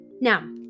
Now